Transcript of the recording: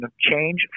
change